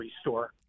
store